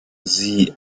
sie